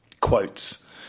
quotes